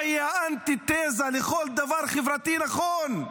המלחמה היא האנטיתזה לכל דבר חברתי נכון.